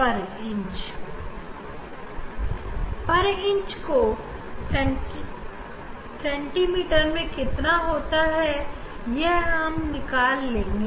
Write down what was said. हमें पर इंच को सेंटीमीटर में कितना होगा यह निकालना होगा